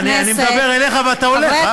אני מדבר אליך ואתה הולך.